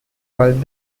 called